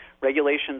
regulations